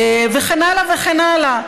וכן הלאה וכן הלאה.